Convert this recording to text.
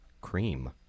cream